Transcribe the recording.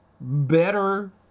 better